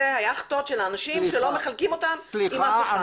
אלה היכטות של האנשים שלא חולקים אותן עם אחרים.